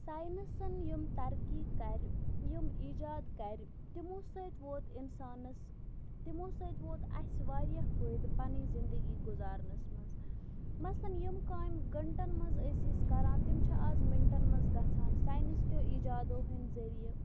ساینَسَن یِم ترقی کَرِ یِم ایجاد کَرِ تِمو سۭتۍ ووت اِنسانَس تِمو سۭتۍ ووت اَسہِ واریاہ فٲیدٕ پَنٕنۍ زِندگی گُزارنَس منٛز مَثلاً یِم کامہِ گھنٛٹَن منٛز ٲسۍ أسۍ کَران تِم چھِ آز مِنٹَن منٛز گَژھان ساینَس کیو ایجادو ہٕنٛدۍ ذٔریعہِ